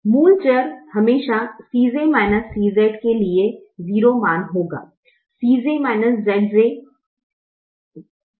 मूल चर हमेशा Cj Zj के लिए 0 मान होगा